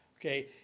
Okay